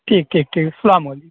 ٹھیک ٹھیک ٹھیک السّلام علیکم